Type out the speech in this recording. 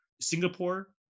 Singapore